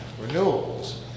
renewables